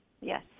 Yes